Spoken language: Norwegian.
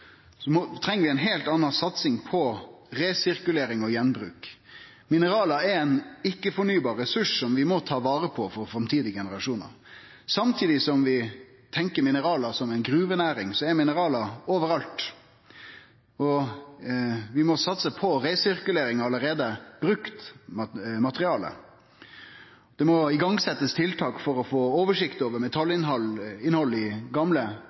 treng vi ei heilt anna satsing på resirkulering og gjenbruk. Mineral er ein ikkje-fornybar ressurs som vi må ta vare på for framtidige generasjonar. Samtidig som vi tenkjer mineral som ei gruvenæring, så er minerala overalt, og vi må satse på resirkulering av allereie brukt materiale. Det må igangsetjast tiltak for å få oversikt over metallinnhald i gamle